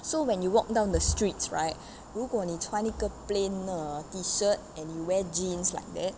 so when you walk down the streets right 如果你穿一个 plain 的 T shirt and you wear jeans like that